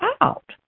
out